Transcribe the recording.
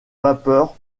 vapeur